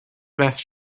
best